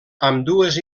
ambdues